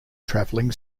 travelling